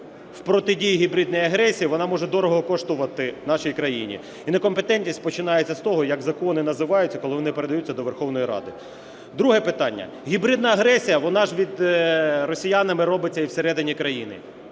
в протидії гібридній агресії, вона може дорого коштувати нашій країні. І некомпетентність починається з того, як закони називаються, коли вони передаються до Верховної Ради. Друге питання. Гібридна агресія, вона ж росіянами робиться і всередині країни.